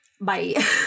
Bye